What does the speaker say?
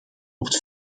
wordt